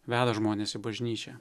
veda žmones į bažnyčią